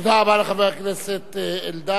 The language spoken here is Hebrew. תודה רבה לחבר הכנסת אלדד.